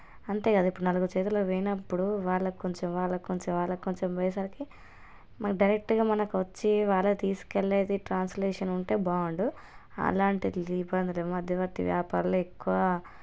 అంతే కదా ఇప్పుడు నలుగురు చేతిలో పోయినప్పుడు వాళ్ళకి కొంచెం వాళ్ళకి కొంచెం వాళ్ళకి కొంచెం పోయేసరికి మనకి డైరెక్ట్గా మనకొచ్చి వాళ్ళే తీసుకెళ్ళేది ట్రాన్స్లేషన్ ఉంటే బాగుండు అలాంటి ఇబ్బందులు మధ్యవర్తి వ్యాపారులే ఎక్కువ